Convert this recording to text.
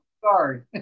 sorry